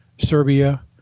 Serbia